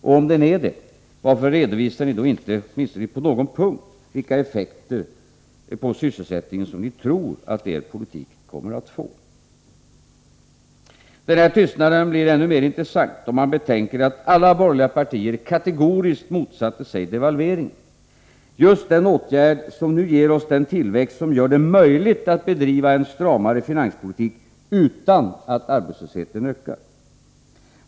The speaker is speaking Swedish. Och om den är det — varför redovisar ni då inte åtminstone på någon punkt vilka effekter på sysselsättningen som ni tror att er politik kommer att få? Denna tystnad blir ännu mer intressant om man betänker att alla borgerliga partier kategoriskt motsatte sig devalveringen — just den åtgärd som nu ger oss den tillväxt som gör det möjligt att bedriva en stramare finanspolitik utan att arbetslösheten ökar.